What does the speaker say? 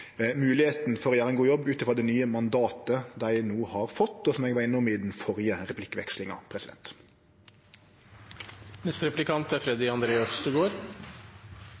for å gjere ein god jobb med det mandatet dei no har fått, og som eg var innom i den førre replikkvekslinga.